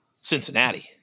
Cincinnati